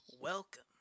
Welcome